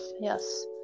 yes